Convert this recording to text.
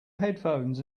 headphones